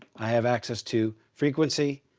i have access to frrequency,